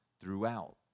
throughout